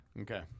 Okay